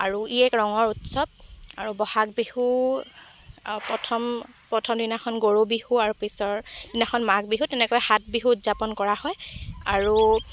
আৰু ই এক ৰঙৰ উৎসৱ আৰু ব'হাগ বিহু প্ৰথম প্ৰথম দিনাখন গৰু বিহু আৰু পিছৰ দিনাখন মাঘ বিহু তেনেকৈ সাত বিহু উদযাপন কৰা হয় আৰু